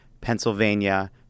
Pennsylvania